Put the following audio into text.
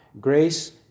Grace